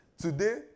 Today